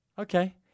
Okay